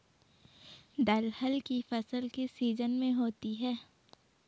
दलहन की फसल किस सीजन में होती है?